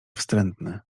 wstrętny